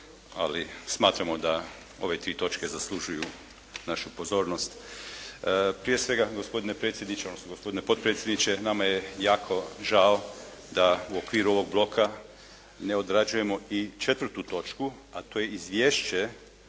ali smatramo da ove tri točke zaslužuju našu pozornost. Prije svega, gospodine predsjedniče, odnosno gospodine potpredsjedniče, nama je jako žao da u okviru ovog bloka ne odrađujemo i četvrtu točku, a to je Izvješće